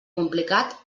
complicat